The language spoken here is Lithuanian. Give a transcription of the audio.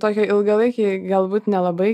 tokio ilgalaikiai galbūt nelabai